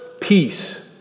peace